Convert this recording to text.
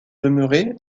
demeurer